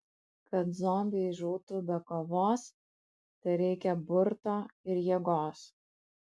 kad zombiai žūtų be kovos tereikia burto ir jėgos